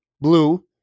Blue